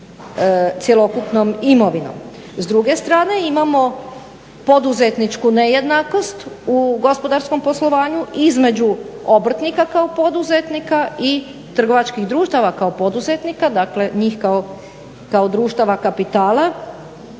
S druge strane imamo poduzetničku nejednakost u gospodarskom poslovanju između obrtnika kao poduzetnika i trgovačkih društava kao poduzetnika, dakle, njih kao društava kapitala